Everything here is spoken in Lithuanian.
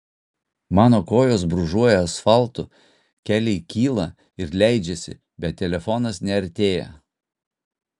mano kojos brūžuoja asfaltu keliai kyla ir leidžiasi bet telefonas neartėja